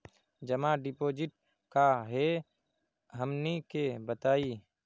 जमा डिपोजिट का हे हमनी के बताई?